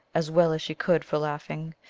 as well as she could for laughing.